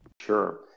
Sure